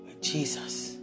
Jesus